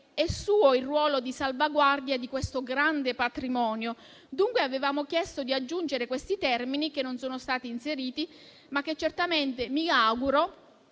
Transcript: è suo il ruolo di salvaguardia di questo grande patrimonio. Dunque, avevamo chiesto di aggiungere questi termini, che non sono stati inseriti, ma che certamente mi auguro